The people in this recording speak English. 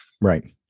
Right